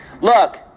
Look